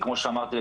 כמו שאמרתי,